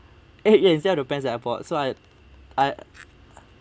eh you see how the pants I bought so I I